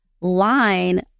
line